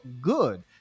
good